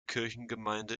kirchgemeinde